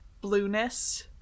Blueness